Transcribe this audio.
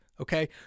Okay